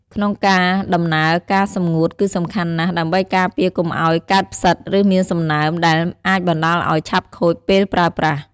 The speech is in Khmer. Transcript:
ក្នុងការដំណើរការសម្ងួតគឺសំខាន់ណាស់ ដើម្បីការពារកុំឲ្យកើតផ្សិត ឬមានសំណើម ដែលអាចបណ្ដាលឲ្យឆាប់ខូចពេលប្រើប្រាស់។